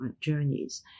journeys